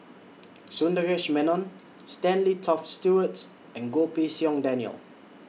Sundaresh Menon Stanley Toft Stewart and Goh Pei Siong Daniel